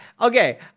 Okay